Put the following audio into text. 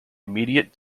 immediate